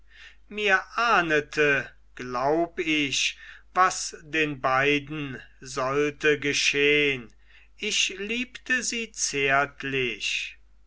mir ahndete glaub ich was den beiden sollte geschehn ich liebte sie zärtlich